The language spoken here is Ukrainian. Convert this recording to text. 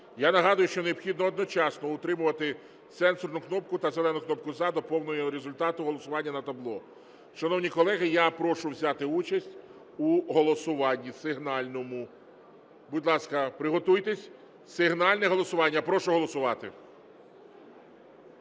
Я нагадаю, що необхідно одночасно утримувати сенсорну кнопку та зелену кнопку "За" до повного його результату голосування на табло. Шановні колеги, я прошу взяти участь у сигнальному голосуванні. Будь ласка, приготуйтесь, сигнальне голосування. Прошу голосувати.